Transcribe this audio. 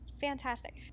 Fantastic